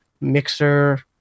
Mixer